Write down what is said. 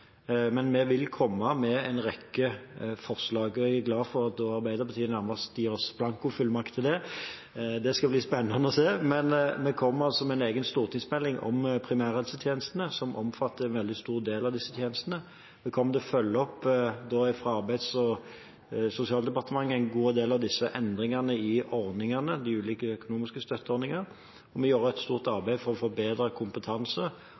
men vi vil komme med en rekke forslag. Jeg er glad for at Arbeiderpartiet nærmest gir oss blankofullmakt til det. Det skal bli spennende å se. Vi kommer med en egen stortingsmelding om primærhelsetjenestene, som omfatter en veldig stor del av disse tjenestene. Fra Arbeids- og sosialdepartementet kommer vi til å følge opp en god del av disse endringene i de ulike økonomiske støtteordningene, og vi gjør også et stort arbeid for å få bedre kompetanse.